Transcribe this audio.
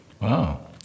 wow